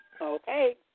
Okay